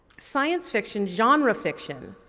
science fiction, genre fiction,